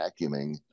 vacuuming